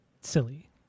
silly